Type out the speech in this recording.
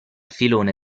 filone